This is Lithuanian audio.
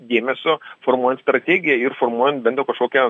dėmesio formuojan strategiją ir formuojant bendrą kažkokią